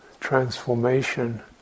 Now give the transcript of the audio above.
transformation